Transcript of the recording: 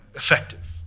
effective